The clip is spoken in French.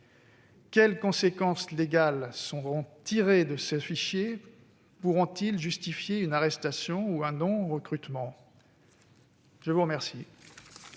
Quelles conséquences légales seront tirées de ces fichiers ? Pourront-ils justifier une arrestation ou un non-recrutement ? La parole